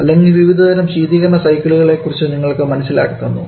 അല്ലെങ്കിൽ വിവിധതരം ശീതീകരണസൈക്കിളുകളെകുറിച്ച് നിങ്ങൾക്ക് മനസ്സിലാക്കി തന്നു